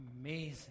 Amazing